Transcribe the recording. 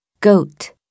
Goat